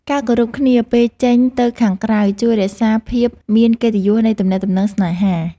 ការគោរពគ្នាពេលចេញទៅខាងក្រៅ ជួយរក្សាភាពមានកិត្តិយសនៃទំនាក់ទំនងស្នេហា។